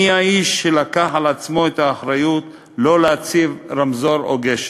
מי האיש שלקח על עצמו את האחריות לא להציב רמזור או גשר?